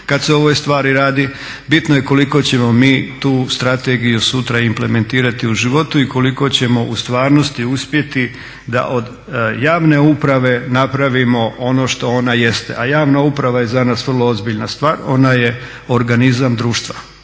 kada se o ovoj stvari radi, bitno je koliko ćemo mi tu strategiju sutra implementirati u životu i koliko ćemo u stvarnosti uspjeti da od javne uprave napravimo ono što ona jeste. A javna uprava je za nas vrlo ozbiljna stvar, ona je organizam društva.